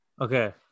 Okay